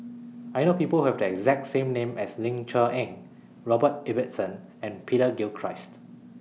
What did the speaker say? I know People Who Have The exact name as Ling Cher Eng Robert Ibbetson and Peter Gilchrist